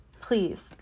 please